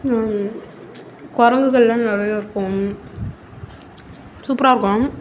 குரங்குகள்லாம் நிறைய இருக்கும் சூப்பராக இருக்கும்